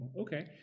Okay